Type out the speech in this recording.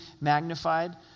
magnified